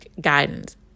guidance